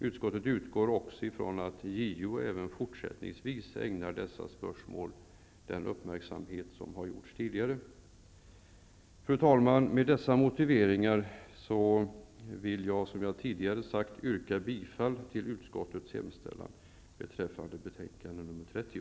Utskottet utgår också från att JO även fortsättningsvis ägnar dessa spörsmål uppmärksamhet. Fru talman! Med dessa motiveringar vill jag, som jag tidigare sagt, yrka bifall till utskottets hemställan i betänkande nr 30.